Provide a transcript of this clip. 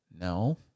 No